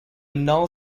null